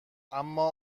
اما